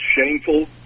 Shameful